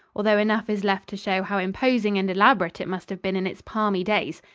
although enough is left to show how imposing and elaborate it must have been in its palmy days.